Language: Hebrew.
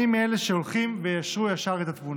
אני מאלה שהולכים ויישרו את התמונה.